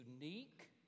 unique